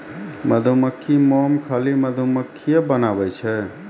मधुमक्खी मोम खाली मधुमक्खिए बनाबै छै